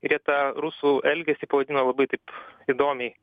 ir jie tą rusų elgesį pavadino labai taip įdomiai